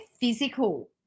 physical